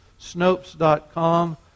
Snopes.com